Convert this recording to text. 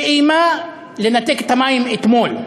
שאיימה לנתק את המים אתמול.